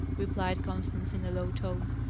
replied constance in a low tone.